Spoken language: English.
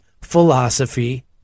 Philosophy